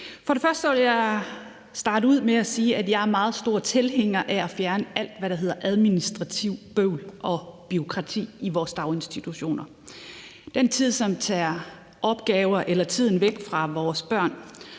sinde. Jeg vil starte ud med at sige, at jeg er meget stor tilhænger at fjerne alt, hvad der hedder administrativt bøvl og bureaukrati i vores daginstitutioner – den tid, som tager opgaver eller tid væk fra vores børn,